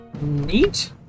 Neat